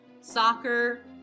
soccer